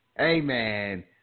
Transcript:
Amen